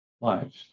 lives